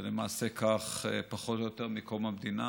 זה למעשה כך פחות או יותר מקום המדינה,